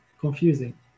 confusing